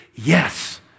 Yes